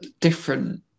different